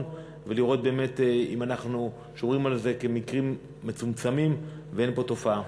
ולראות באמת אם אנחנו שומרים על זה כמקרים מצומצמים ואין פה תופעה.